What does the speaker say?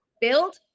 build